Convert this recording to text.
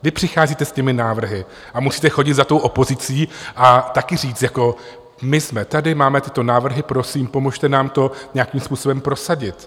Vy přicházíte s návrhy a musíte chodit za opozicí a taky říct: Jsme tady, máme tyto návrhy, prosím, pomozte nám to nějakým způsobem prosadit.